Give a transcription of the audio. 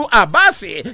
abasi